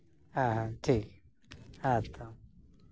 ᱦᱮᱸ ᱦᱮᱸ ᱴᱷᱤᱠ ᱦᱮᱸ ᱛᱚ